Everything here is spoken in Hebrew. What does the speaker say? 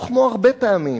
וכמו הרבה פעמים,